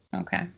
okay